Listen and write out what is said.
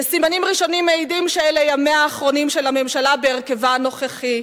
וסימנים ראשונים מעידים שאלה ימיה האחרונים של הממשלה בהרכבה הנוכחי.